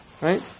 right